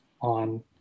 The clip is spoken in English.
on